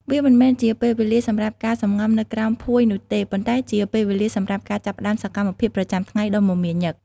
វាមិនមែនជាពេលវេលាសម្រាប់ការសំងំនៅក្រោមភួយនោះទេ ប៉ុន្តែជាពេលវេលាសម្រាប់ការចាប់ផ្តើមសកម្មភាពប្រចាំថ្ងៃដ៏មមាញឹក។